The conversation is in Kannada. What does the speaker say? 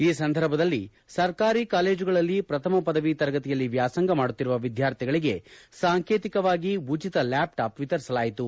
ಈ ಸಂದರ್ಭದಲ್ಲಿ ಸರ್ಕಾರಿ ಕಾಲೇಜುಗಳಲ್ಲಿ ಪ್ರಥಮ ಪದವಿ ತರಗತಿಯಲ್ಲಿ ವ್ಯಾಸಂಗ ಮಾಡುತ್ತಿರುವ ವಿದ್ಯಾರ್ಥಿಗಳಿಗೆ ಸಾಂಕೇತಿಕವಾಗಿ ಉಚಿತ ಲ್ಯಾಪ್ಟ್ಯಾಪ್ ವಿತರಿಸಲಾಯಿತು